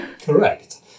Correct